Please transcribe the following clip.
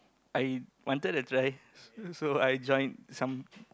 I wanted to try s~ so I join some